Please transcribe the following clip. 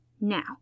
Now